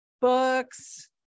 Books